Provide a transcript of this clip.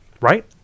right